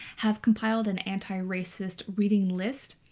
has compiled an anti-racist reading list.